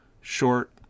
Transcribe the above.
short